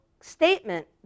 statement